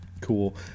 cool